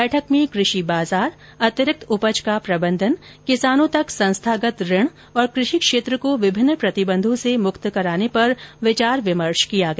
बैठक में कृषि बाजार अतिरिक्त उपज का प्रबंधन किसानों तक संस्थागत ऋण और कृषि क्षेत्र को विभिन्न प्रतिबंधों से मुक्त कराने पर विचार विमर्श किया गया